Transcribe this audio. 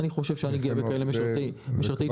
אני חושב שאני גאה בכאלה משרתי ציבור.